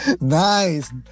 Nice